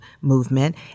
movement